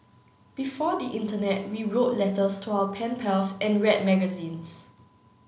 before the internet we wrote letters to our pen pals and read magazines